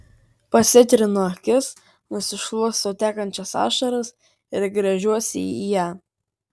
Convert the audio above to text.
pasitrinu akis nusišluostau tekančias ašaras ir gręžiuosi į ją